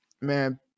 man